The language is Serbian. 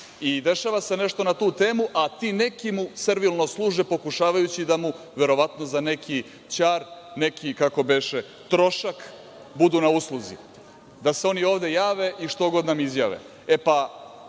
i dešava se nešto na tu temu, a ti neki mu servilno služe, pokušavajući da mu verovatno za neki ćar, neki trošak budu na usluzi, da se oni ovde jave i što god nam izjave.